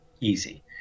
easy